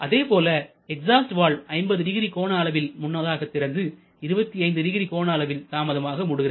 அதேபோல் exhaust valve 500 கோண அளவில் முன்னதாக திறந்து 250 கோண அளவில் தாமதமாக மூடுகிறது